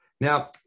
Now